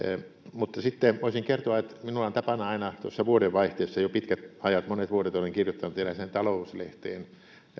mutta sitten voisin kertoa että minulla on tapana kirjoittaa aina tuossa vuodenvaihteessa jo pitkät ajat monet vuodet olen kirjoittanut erääseen talouslehteen